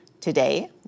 Today